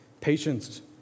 patience